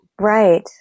Right